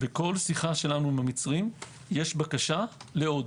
בכל שיחה שלנו עם המצרים יש בקשה לעוד.